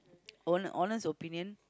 own honest opinion